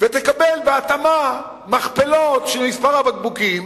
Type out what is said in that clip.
ותקבל בהתאמה מכפלות של מספר הבקבוקים